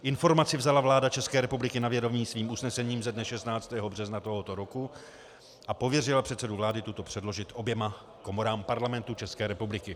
Informaci vzala vláda České republiky na vědomí svým usnesením ze dne 16. března tohoto roku a pověřila předsedu vlády tuto předložit oběma komorám Parlamentu České republiky.